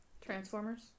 Transformers